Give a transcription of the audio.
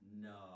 No